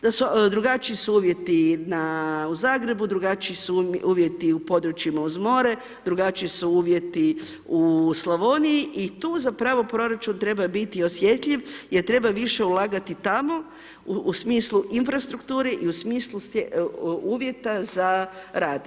Drugačiji su uvjeti u Zagrebu, drugačiji su uvjeti u područjima uz more, drugačiji su uvjeti u Slavoniji i tu zapravo proračun treba biti osjetljiv jer treba više ulagati tamo u smislu infrastrukture i u smislu uvjeta za rad.